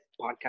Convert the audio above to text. Podcast